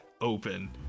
open